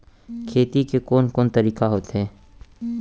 खेती के कोन कोन तरीका होथे?